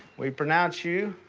we pronounce you,